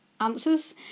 answers